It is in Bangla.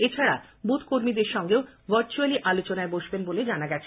এছাড়া বুথকর্মীদের সঙ্গেও ভার্চুয়ালি আলোচনায় বসবেন বলে জানা গেছে